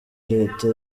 leta